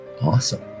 Awesome